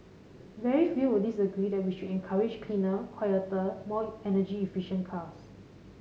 very few will disagree that we should encourage cleaner quieter more energy efficient cars